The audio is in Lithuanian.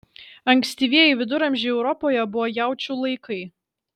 ankstyvieji viduramžiai europoje buvo jaučių laikai